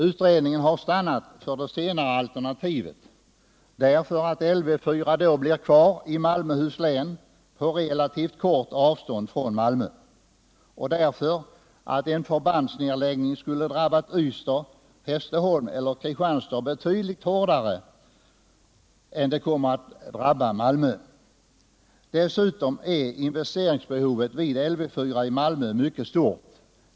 Utredningen har stannat för det senare alternativet, därför att Lv 4 då blir kvar i Malmöhus län på relativt kort avstånd från Malmö och därför att en förbandsnedläggning skulle ha drabbat Ystad, Hässleholm eller Kristianstad betydligt hårdare än det kommer att drabba Malmö. Dessutom är investeringsbehovet vid Lv 4 i Malmö mycket stort.